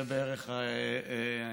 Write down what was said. זה בערך המצב.